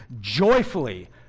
Joyfully